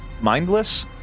mindless